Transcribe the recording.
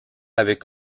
avait